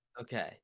okay